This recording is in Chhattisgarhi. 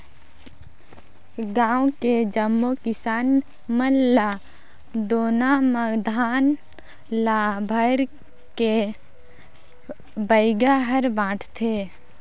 गांव के जम्मो किसान मन ल दोना म धान ल भरके बइगा हर बांटथे